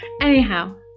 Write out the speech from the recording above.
anyhow